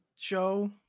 Show